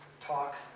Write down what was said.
talk